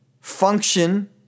function